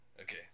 Okay